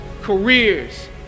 careers